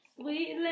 Sweet